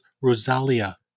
Rosalia